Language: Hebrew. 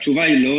התשובה היא לא.